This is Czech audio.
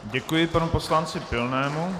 Děkuji panu poslanci Pilnému.